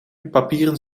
papieren